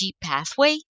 pathway